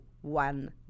one